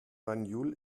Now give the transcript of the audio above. banjul